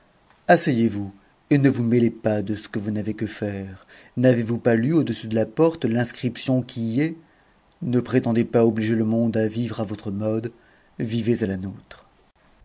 asseyez-vous et ne vous mêlez pas de ce que vous n'avez que faire n'avez-vous pas lu au-dessus de la porte l'inscription qui y est ne prétendez pas obliger le monde à vivre à votre mode vivez à la nôtre